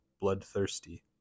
bloodthirsty